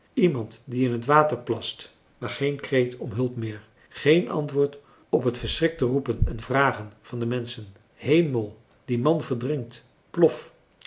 iemand die in het water plast maar geen kreet om hulp meer geen antwoord op het verschrikte roepen en vragen van de menschen hemel die man verdrinkt plof